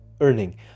earning